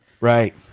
Right